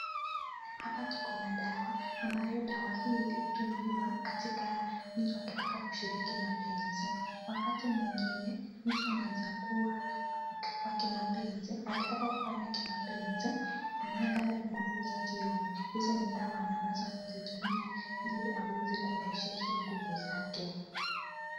Hapa tuko na dawa, ambayo dawa hii hutumiwa mtu akitaka kushiriki mapenzi, wakati mwingine mtu anaweza kua kwa kimapenzi, akitaka kufanya mapenzi hananga nguvu za kinyume, hizi ni dawa ambazo anaweza kutumia ili arejeshe nguvu zake.